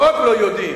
לא רק לא יודעים,